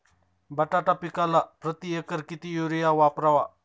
बटाटा पिकाला प्रती एकर किती युरिया वापरावा?